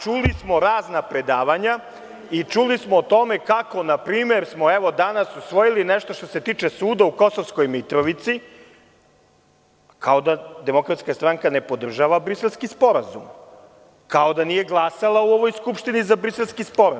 Čuli smo razna predavanja i čuli smo o tome kako smo, na primer, danas usvojili nešto što se tiče suda u Kosovskoj Mitrovici, kao da DS ne podržava Briselski sporazum, kao da nije glasala u ovoj Skupštini za Briselski sporazum.